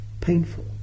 painful